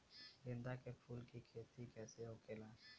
गेंदा के फूल की खेती कैसे होखेला?